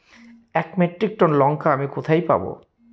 এক metric ton লঙ্কা আমি কোথায় পাবো?